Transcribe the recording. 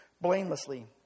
blamelessly